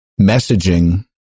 messaging